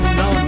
no